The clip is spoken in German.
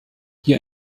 hier